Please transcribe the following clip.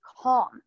calm